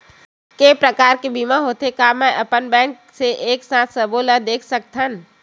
के प्रकार के बीमा होथे मै का अपन बैंक से एक साथ सबो ला देख सकथन?